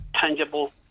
tangible